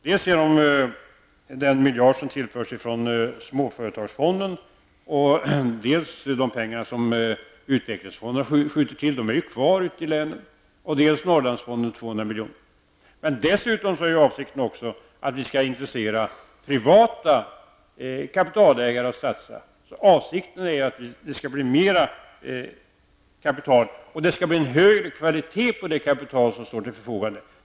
Detta kommer att ske dels genom den miljard som tillförs genom småföretagsfonden, dels genom de pengar som utvecklingsfonderna -- som ju är kvar ute i länen -- skjuter till, dels genom Norrlandsfondens 200 miljoner. Avsikten är dessutom att vi skall göra privata kapitalägare intresserade av att satsa. Avsikten är alltså att det skall bli fråga om mer kapital och att det skall bli en högre kvalitet på det kapital som står till förfogande.